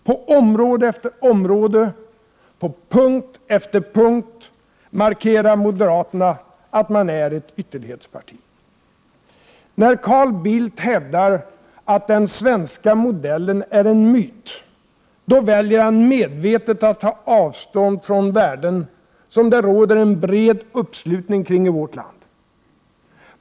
På område efter område, på punkt efter punkt, markerar moderaterna att de är ett ytterlighetsparti. När Carl Bildt hävdar att ”den svenska modellen är en myt”, väljer han medvetet att ta avstånd från värden som det råder bred uppslutning kring i vårt land.